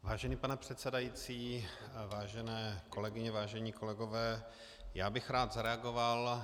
Vážný pane předsedající, vážené kolegyně, vážení kolegové, rád bych zareagoval.